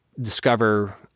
discover